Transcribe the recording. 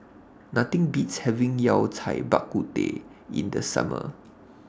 Nothing Beats having Yao Cai Bak Kut Teh in The Summer